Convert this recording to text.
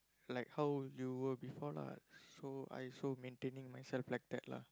like how you were before lah so I also maintaining myself like that lah